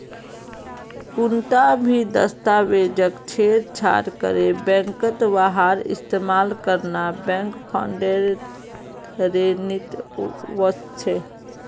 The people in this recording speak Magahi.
कुंटा भी दस्तावेजक छेड़छाड़ करे बैंकत वहार इस्तेमाल करना बैंक फ्रॉडेर श्रेणीत वस्छे